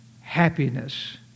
happiness